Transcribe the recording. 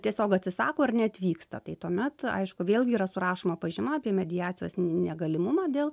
tiesiog atsisako ar neatvyksta tai tuomet aišku vėlgi yra surašoma pažyma apie mediacijos negalimumą dėl